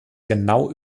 genau